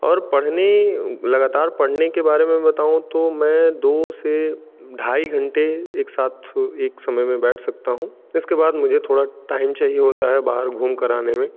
और पढ़ने लगातार पढ़ने के बारे में बताऊँ तो मैं दो से ढाई घंटे एक साथ एक समय में बैठ सकता हूँ इसके बाद मुझे थोड़ा टाइम चाहिए होता है बाहर घुम कर आने में